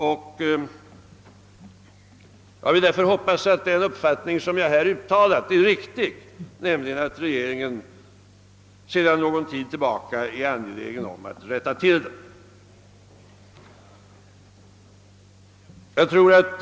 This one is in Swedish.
Jag hoppas därför att den uppfattning jag här uttalat är riktig, nämligen att regeringen sedan någon tid tillbaka är angelägen om att rätta till de missförstånd som uppkommit.